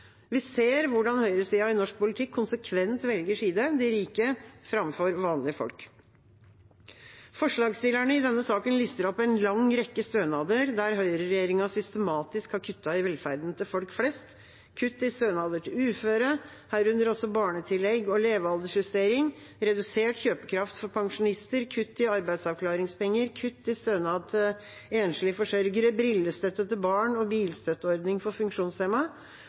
Vi ser hvordan høyresida i norsk politikk konsekvent velger side – de rike framfor vanlige folk. Forslagsstillerne i denne saken lister opp en lang rekke stønader der høyreregjeringa systematisk har kuttet i velferden til folk flest – kutt i stønader til uføre, herunder også barnetillegg og levealdersjustering, redusert kjøpekraft for pensjonister, kutt i arbeidsavklaringspenger, kutt i stønad til enslige forsørgere, brillestøtte til barn og bilstøtteordning for